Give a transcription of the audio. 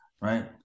right